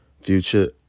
future